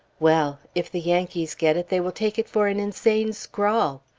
well! if the yankees get it they will take it for an insane scrawl.